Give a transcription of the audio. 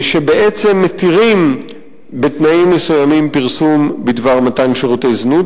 שבעצם מתירים בתנאים מסוימים פרסום בדבר מתן שירותי זנות,